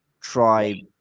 try